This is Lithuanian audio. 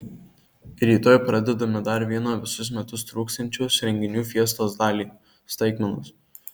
rytoj pradedame dar vieną visus metus truksiančios renginių fiestos dalį staigmenas